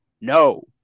No